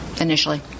initially